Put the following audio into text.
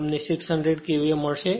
તમને 600 KVA મળશે